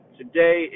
today